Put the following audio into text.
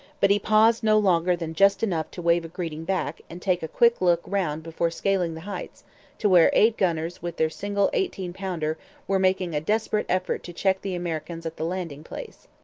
but he paused no longer than just enough to wave a greeting back and take a quick look round before scaling the heights to where eight gunners with their single eighteen-pounder were making a desperate effort to check the americans at the landing-place.